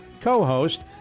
co-host